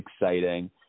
exciting